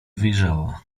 wyjrzała